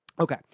Okay